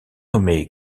nommé